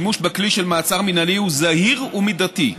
השימוש בכלי של מעצר מינהלי הוא זהיר ומידתי,